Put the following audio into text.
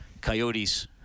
Coyotes